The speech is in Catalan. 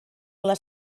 les